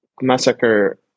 massacre